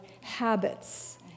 habits